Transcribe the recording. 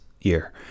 year